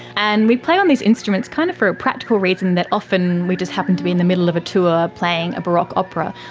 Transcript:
and we play on these instruments kind of for a practical reason, that often we just happen to be in the middle of a tour playing a baroque opera,